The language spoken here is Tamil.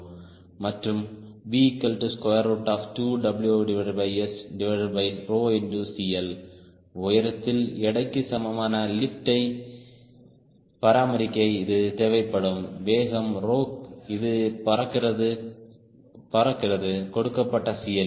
மற்றும் V2WSCL உயரத்தில் எடைக்கு சமமான லிப்டை பராமரிக்க இது தேவைப்படும் வேகம் 𝜌 இது பறக்கிறது கொடுக்கப்பட்ட CL இல்